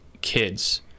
kids